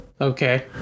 okay